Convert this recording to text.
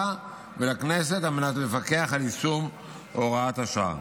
ולכנסת על מנת לפקח על יישום הוראת השעה.